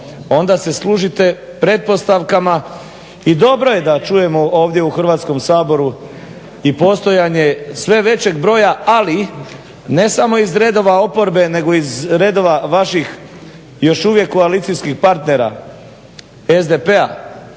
onda se služite pretpostavkama i dobro je da čujemo ovdje u Hrvatskom saboru i postojanje sve većeg broja, ali ne samo iz redova oporbe, nego iz redova vaših još uvijek koalicijskih partnera SDP-a.